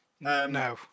No